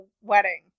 wedding